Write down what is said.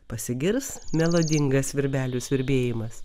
pasigirs melodingas svirbelių svirbėjimas